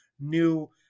new